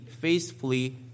faithfully